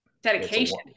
dedication